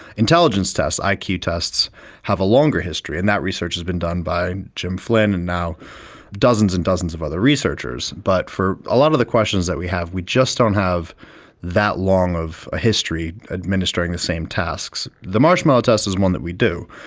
intelligence tests, iq tests have a longer history, and that research has been done by jim flynn and now dozens and dozens of other researchers. but for a lot of the questions that we have we just don't have that long of a history administering the same tasks. the marshmallow test is one that we do,